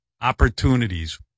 opportunities